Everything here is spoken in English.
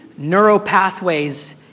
Neuropathways